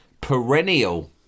perennial